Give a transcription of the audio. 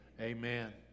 Amen